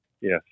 yes